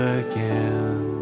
again